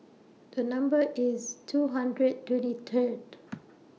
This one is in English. The Number IS two hundred twenty Third